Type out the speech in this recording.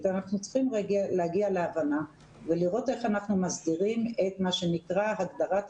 אנחנו צריכים להגיע להבנה ולראות איך אנחנו מסדירים את הגדרת התלמידים,